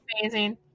amazing